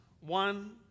one